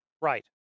Right